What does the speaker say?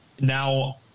Now